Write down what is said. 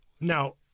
Now